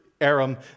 Aram